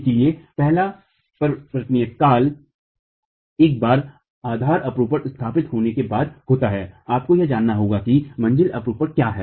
इसलिए पहला परिवर्तनकाल एक बार आधार अपरूपण स्थापित होने के बाद होता है आपको यह जानना होगा कि मंजिला अपरूपण क्या है